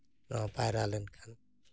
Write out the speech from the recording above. ᱱᱚᱣᱟ ᱯᱟᱭᱨᱟ ᱞᱮᱱᱠᱷᱟᱱ